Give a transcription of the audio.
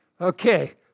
Okay